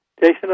Jason